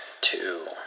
two